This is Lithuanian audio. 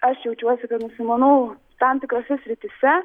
aš jaučiuosi kad nusimanau tam tikrose srityse